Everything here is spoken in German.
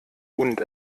und